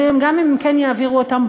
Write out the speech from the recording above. אבל גם אם הם כן יעבירו אותן,